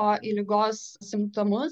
o į ligos simptomus